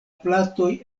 platoj